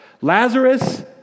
Lazarus